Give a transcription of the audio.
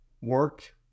work